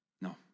No